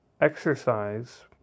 exercise